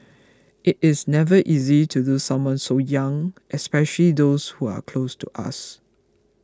it is never easy to lose someone so young especially those who are close to us